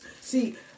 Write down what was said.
See